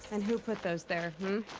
and who put those there, hmm?